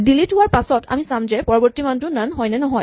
delete হোৱাৰ পাছত আমি চাম যে পৰৱৰ্তী মানটো নন হয়নে নহয়